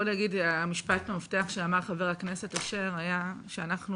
משפט המפתח שאמר חבר הכנסת אשר היה שאנחנו